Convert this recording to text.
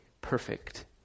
perfect